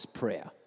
prayer